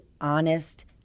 honest